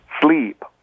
sleep